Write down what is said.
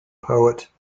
poet